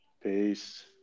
Peace